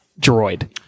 droid